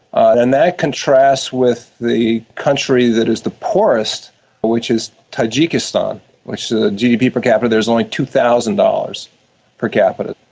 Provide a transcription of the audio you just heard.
and that contrasts with the country that is the poorest which is tajikistan the gdp per capita there is only two thousand dollars per capita.